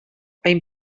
hain